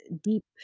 deep